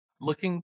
looking